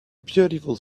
beautiful